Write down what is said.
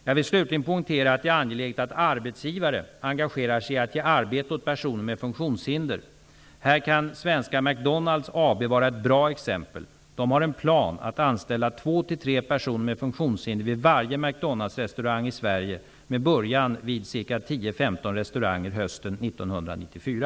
Jag vill slutligen poängtera att det är angeläget att arbetsgivare engagerar sig i att ge arbete åt personer med funktionshinder. Här kan Svenska McDonald's AB vara ett bra exempel. De har en plan att anställa 2--3 personer med funktionshinder vid varje McDonald's restaurang i Sverige med början vid ca 10--15 restauranger hösten 1994.